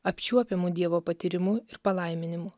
apčiuopiamu dievo patyrimu ir palaiminimu